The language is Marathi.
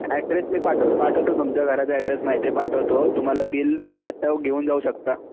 ॲड्रेस मी पावट पाठवतो तुमच्या घराचा ॲड्रेस माहिती आहे पाठवतो तुम्हाला बील तुम्ही आत्ता घेऊन जाऊ शकता